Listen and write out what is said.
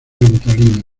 ventolina